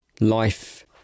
Life